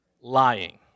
lying